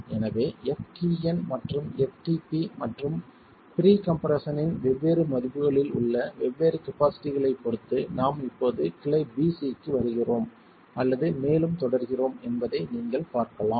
எனவே ftn மற்றும் ftp மற்றும் ப்ரீகம்ப்ரஷனின் வெவ்வேறு மதிப்புகளில் உள்ள வெவ்வேறு கபாஸிட்டிகளைப் பொறுத்து நாம் இப்போது கிளை b c க்கு வருகிறோம் அல்லது மேலும் தொடர்கிறோம் என்பதை நீங்கள் பார்க்கலாம்